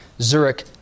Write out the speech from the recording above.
Zurich